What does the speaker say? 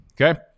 okay